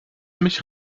mich